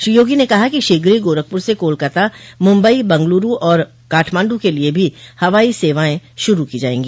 श्री योगी ने कहा कि शीघ्र ही गोरखपुर से कोलकाता मुंबई बंगलुरू और काठमांडू के लिए भी हवाई सेवाएं भी शुरू की जायेंगी